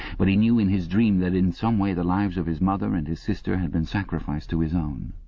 but he knew in his dream that in some way the lives of his mother and his sister had been sacrificed to his own.